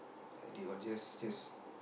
they will just just